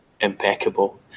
impeccable